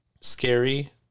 scary